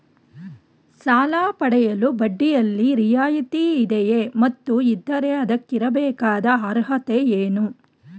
ಸಾಲ ಪಡೆಯಲು ಬಡ್ಡಿಯಲ್ಲಿ ರಿಯಾಯಿತಿ ಇದೆಯೇ ಮತ್ತು ಇದ್ದರೆ ಅದಕ್ಕಿರಬೇಕಾದ ಅರ್ಹತೆ ಏನು?